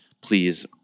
please